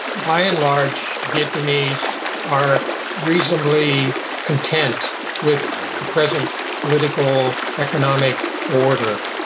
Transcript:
by and large vietnamese are reasonably content with the present political, economic order,